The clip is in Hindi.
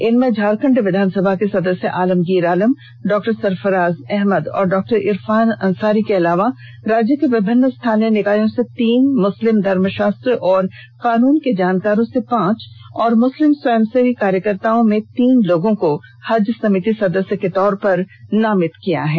इनमें झारखण्ड विधानसभा के सदस्य आलमगीर आलम डॉ सरफराज अहमद और डॉ इरफान अंसारी के अलावा राज्य के विभिन्न स्थानीय निकायों से तीन मुस्लिम धर्मशास्त्र एवं कानून के जानकारों से पांच और मुस्लिम स्वयंसेवी कार्यकर्ताओं में तीन लोगों को हज समिति सदस्य के तौर पर नामित किया गया है